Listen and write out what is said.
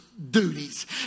Duties